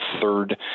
third